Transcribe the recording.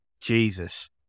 Jesus